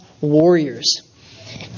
warriors